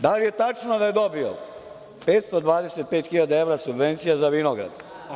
Da li je tačno da je dobio 525.000 evra subvencija za vinograd?